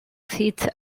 seats